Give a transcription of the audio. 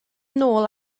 nôl